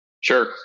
Sure